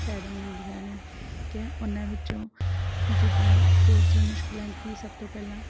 ਪੈਦਾ ਹੁੰਦੀਆਂ ਨੇ ਕੇ ਉਹਨਾਂ ਵਿੱਚੋਂ ਜਿੱਦਾਂ ਕੁਝ ਮੁਸ਼ਕਿਲਾਂ ਕਿ ਸਭ ਤੋਂ ਪਹਿਲਾਂ